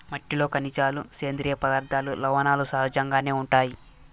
మట్టిలో ఖనిజాలు, సేంద్రీయ పదార్థాలు, లవణాలు సహజంగానే ఉంటాయి